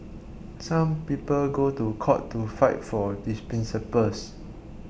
some people go to court to fight for these principles